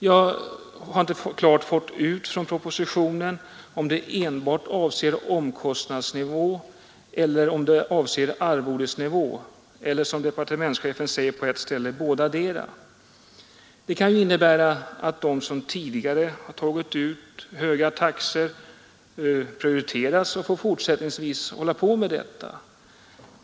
Jag har inte ur propositionen kunnat klart utläsa om det avser enbart omkostnadsnivån eller enbart arvodesnivån, eller om det gäller båda delarna, som departementschefen säger. Det kan innebära att de som tidigare har tagit ut höga taxor privilegieras och får hålla på med det också i fortsättningen.